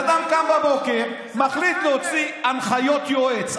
בן אדם קם בבוקר, מחליט להוציא הנחיות יועץ.